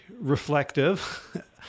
reflective